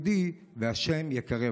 ה' ייטיב איתך,